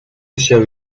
przyjął